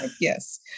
yes